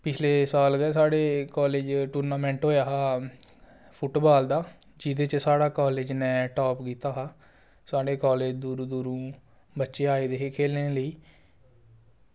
पिच्छले साल गै साढ़े कॉलेज टुर्नामेंट होया हा फुटबॉल दा जेह्दे च साढ़े कॉलेज नै टॉप कीता हा साढ़े कॉलेज दूर दूर दा बच्चे आये दे हे खेल्लने ताहीं